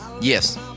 Yes